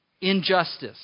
injustice